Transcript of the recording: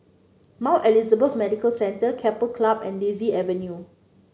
Mount Elizabeth Medical Centre Keppel Club and Daisy Avenue